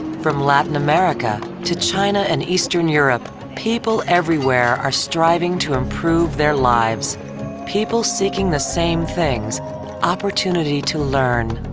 from latin america to china and eastern europe people everywhere are striving to improve their lives people seeking the same things opportunity to learn,